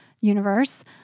universe